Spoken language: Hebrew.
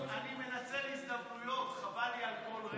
אני מנצל הזדמנויות, חבל לי על כל רגע.